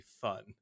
fun